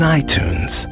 iTunes